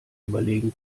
überlegen